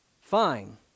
fine